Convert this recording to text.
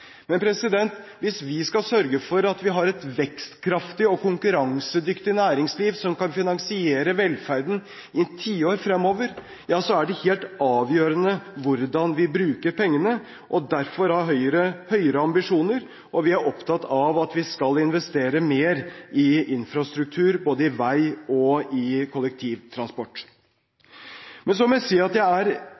Men hvis vi skal sørge for at vi har et vekstkraftig og konkurransedyktig næringsliv som kan finansiere velferden i tiår fremover, er det helt avgjørende hvordan vi bruker pengene. Derfor har Høyre høyere ambisjoner, og vi er opptatt av at vi skal investere mer i infrastruktur, både i vei og i kollektivtransport. Så må jeg si at jeg er